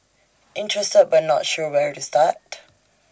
interested but not sure where to start